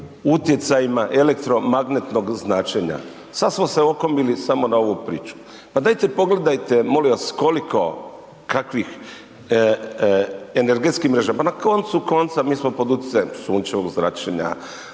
utjecajima elektromagnetnog zračenja, sada smo se okomili samo na ovu priču. Pa dajte pogledajte molim vas koliko kakvih energetskih mreža, ma na koncu konca mi smo pod utjecajem sunčevog zračenja,